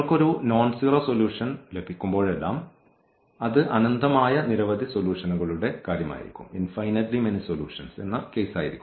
നമ്മൾക്ക് ഒരു nonzero solution ലഭിക്കുമ്പോഴെല്ലാം അത് അനന്തമായ നിരവധി സൊലൂഷൻകളുടെ കാര്യമായിരിക്കും